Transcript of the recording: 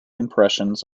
impressions